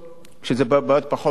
כשאלה בעיות פחות דחופות,